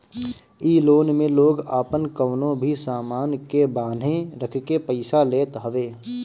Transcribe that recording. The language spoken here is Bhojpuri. इ लोन में लोग आपन कवनो भी सामान के बान्हे रखके पईसा लेत हवे